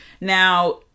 now